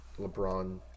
LeBron